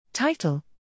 Title